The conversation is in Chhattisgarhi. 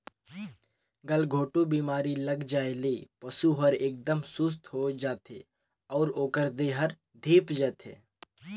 गलघोंटू बेमारी लग जाये ले पसु हर एकदम सुस्त होय जाथे अउ ओकर देह हर धीप जाथे